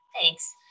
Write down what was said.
Thanks